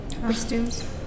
Costumes